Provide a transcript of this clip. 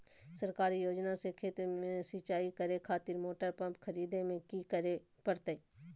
सरकारी योजना से खेत में सिंचाई करे खातिर मोटर पंप खरीदे में की करे परतय?